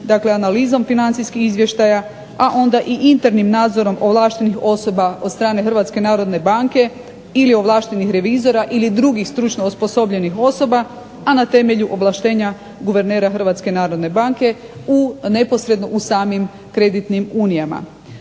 dakle analizom financijskih izvještaja a onda i internim nadzorom ovlaštenih osoba od strane Hrvatske narodne banke ili ovlaštenih revizora ili drugih stručno osposobljenih osoba a temelju ovlaštenja guvernera Hrvatske narodne banke neposredno u samim kreditnim unijama.